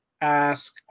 ask